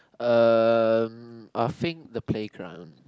um I think the playground